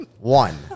One